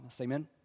amen